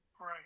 Right